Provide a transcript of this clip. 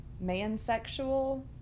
Man-sexual